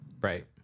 right